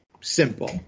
simple